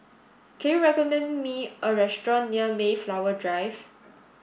can you recommend me a restaurant near Mayflower Drive